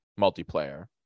multiplayer